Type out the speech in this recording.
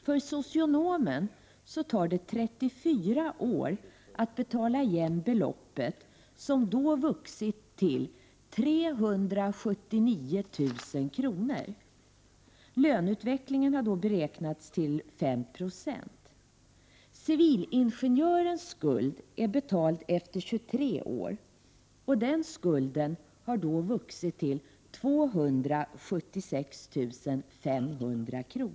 För socionomen tar det 34 år att betala igen beloppet som då vuxit till 379 000 kr. Löneutvecklingen har då beräknats till 5 96. Civilingenjörens skuld är betald efter 23 år, och den skulden har då vuxit till 276 500 kr.